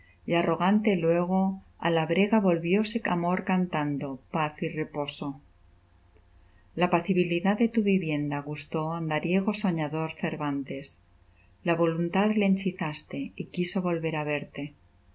y arrogante luego á la brega volvióse amor cantando paz y reposo la apacibilidad de tu vivienda gustó andariego soñador cervantes la voluntad le enhechizaste y quiso volver á verte